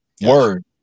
word